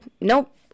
Nope